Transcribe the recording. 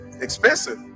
expensive